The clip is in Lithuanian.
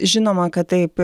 žinoma kad taip